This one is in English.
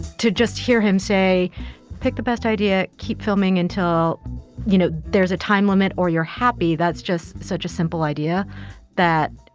to just hear him say pick the best idea keep filming until you know there's a time limit or you're happy. that's just such a simple idea that,